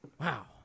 Wow